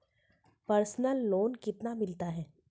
Personal loan कितना मिलता है?